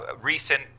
recent